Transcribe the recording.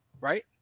Right